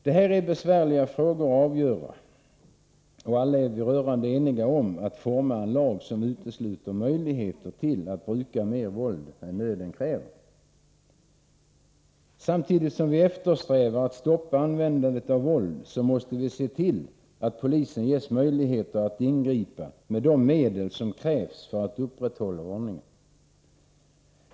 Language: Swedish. Detta är en besvärlig fråga att avgöra, men vi är alla rörande eniga om att lagen bör utformas så att den utesluter möjligheter att använda mer våld än nöden kräver. Samtidigt som vi eftersträvar att stoppa användandet av våld, måste vi emellertid se till att polisen ges möjligheter att ingripa med de medel som krävs för att upprätthålla ordningen.